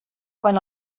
quan